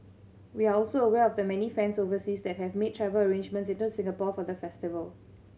we are also aware of the many fans overseas that have made travel arrangements into Singapore for the festival